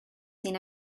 seen